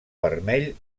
vermell